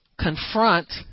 confront